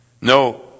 No